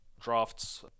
drafts